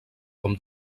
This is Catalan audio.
com